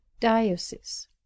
diocese